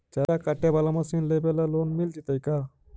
चारा काटे बाला मशीन लेबे ल लोन मिल जितै का?